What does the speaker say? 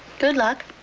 good luck.